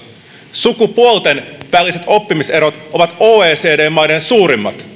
sukupuolten väliset oppimiserot ovat oecd maiden suurimmat